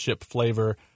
flavor